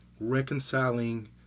reconciling